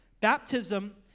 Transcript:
Baptism